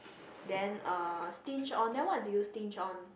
then uh stinge on then what do you stinge on